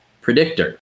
predictor